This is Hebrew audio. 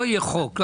לא יהיה חוק?